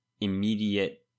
immediate